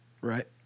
Right